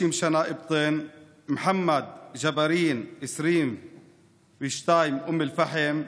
50 שנה, אבטין, מחמד ג'בארין, 22, אום אל-פחם,